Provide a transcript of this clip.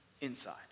inside